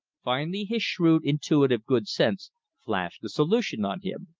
finally his shrewd, intuitive good-sense flashed the solution on him.